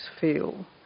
feel